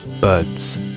Birds